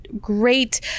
great